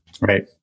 Right